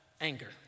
anger